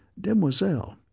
Demoiselle